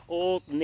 old